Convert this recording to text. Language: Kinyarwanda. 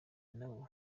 n’abo